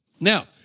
Now